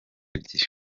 ebyiri